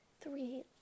three